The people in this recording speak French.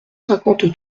cinquante